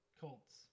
Colts